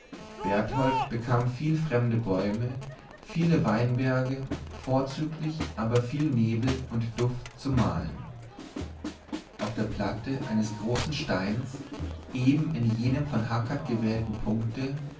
berthold bekam viel fremde bäume viele weinberge vorzüglich aber viel nebel und duft zu malen auf der platte eines großen steins eben in jenem von hackert gewählten punkte